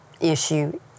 issue